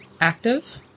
active